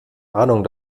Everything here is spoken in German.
ahnung